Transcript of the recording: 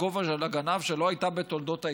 הכובע של הגנב שהייתה בתולדות ההיסטוריה.